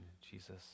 Jesus